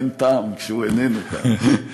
אין טעם כשהוא איננו כאן.